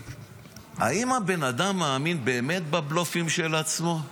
האם הבן אדם מאמין באמת בבלופים של עצמו?